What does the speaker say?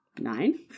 nine